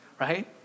right